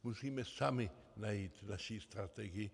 Musíme sami najít naši strategii.